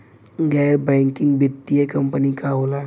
गैर बैकिंग वित्तीय कंपनी का होला?